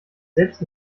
selbst